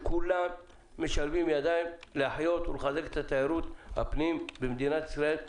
שכולם ישלבו ידיים כדי להחיות ולחזק את תיירות הפנים במדינת ישראל.